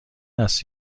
است